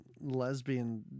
lesbian